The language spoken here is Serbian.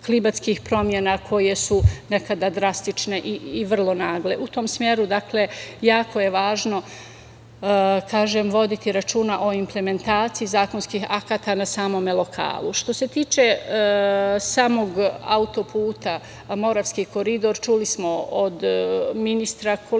klimatskih promena koje su nekada drastične i vrlo nagle. U tom smeru jako je važno voditi računa o implementaciji zakonskih akata na samom lokalu. Što se tiče samog autoputa Moravski koridor, čuli smo od ministra koliko